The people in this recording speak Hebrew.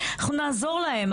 אנחנו נעזור להן.